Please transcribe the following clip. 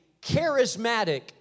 charismatic